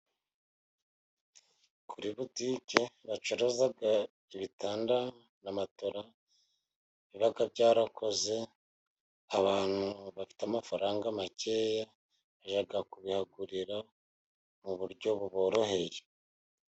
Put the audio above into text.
Kuri butike bacuruza ibitanda na matora biba byarakoze. Abantu bafite amafaranga make bajya kubihagurira mu buryo buboroheye.